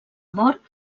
mort